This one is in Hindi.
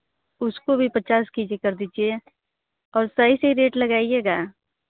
उसको भी पचास के जी कर दीजिए और सही सही रेट लगाईएगा